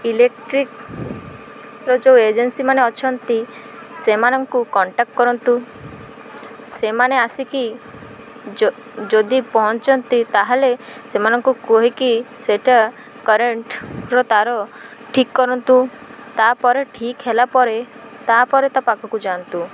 ଇଲେକ୍ଟ୍ରିକ୍ର ଯେଉଁ ଏଜେନ୍ସିମାନେ ଅଛନ୍ତି ସେମାନଙ୍କୁ କଣ୍ଟାକ୍ଟ କରନ୍ତୁ ସେମାନେ ଆସିକି ଯ ଯଦି ପହଞ୍ଚନ୍ତି ତାହେଲେ ସେମାନଙ୍କୁ କହିକି ସେଟା କରେଣ୍ଟର ତାର ଠିକ୍ କରନ୍ତୁ ତାପରେ ଠିକ୍ ହେଲା ପରେ ତାପରେ ତା ପାଖକୁ ଯାଆନ୍ତୁ